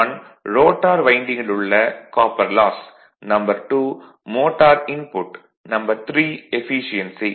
1 rotor வைண்டிங்கில் உள்ள copper loss 2 motor input 3 efficiency